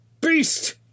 beast